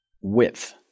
width